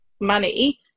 money